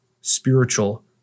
spiritual